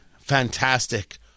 fantastic